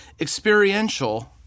experiential